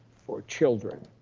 for children,